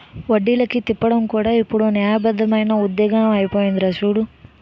వడ్డీలకి తిప్పడం కూడా ఇప్పుడు న్యాయబద్దమైన ఉద్యోగమే అయిపోందిరా చూడు